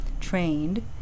trained